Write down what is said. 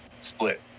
split